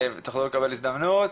לקבל הזדמנות.